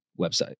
website